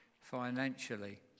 financially